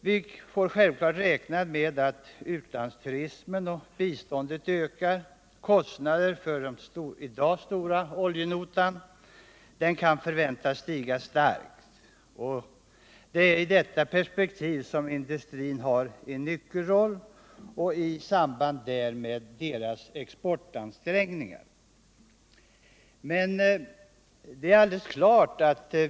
Vi får självfallet räkna med att utlandsturismen och biståndet ökar, och kostnaden för den i dag stora oljenotan kan förväntas stiga starkt. I detta perspektiv har den svenska industrin och dess exportansträngningar en nyckelroll.